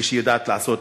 כשהיא יודעת לעשות,